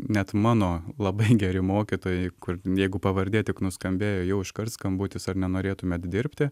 net mano labai geri mokytojai kur jeigu pavardė tik nuskambėjo jau iškart skambutis ar nenorėtumėt dirbti